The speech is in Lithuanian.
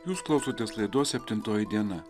jūs klausotės laidos septintoji diena